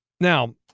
Now